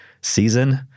season